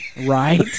right